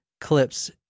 clips